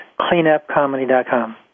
cleanupcomedy.com